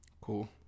Cool